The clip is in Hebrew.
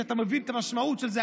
ואתה מבין את המשמעות של זה,